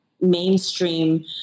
mainstream